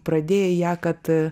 pradėjai ją kad